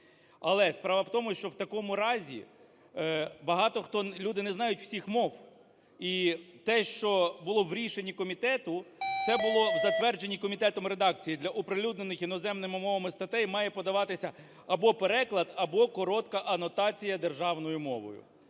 Але справа в тому, що в такому разі багато хто… люди не знають всіх мов. І те, що було в рішенні комітету, це було в затвердженій комітетом редакції: "для оприлюднених іноземними мовами статей має подаватися або переклад, або коротка анотація державною мовою".